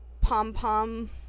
pom-pom